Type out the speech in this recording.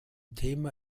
thema